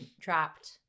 trapped